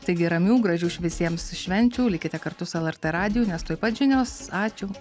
taigi ramių gražių š visiems švenčių likite kartu su lrt radiju nes tuoj pat žinios ačiū